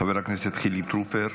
חבר הכנסת חילי טרופר,